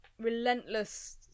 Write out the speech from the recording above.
relentless